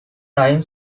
time